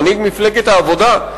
מנהיג מפלגת העבודה,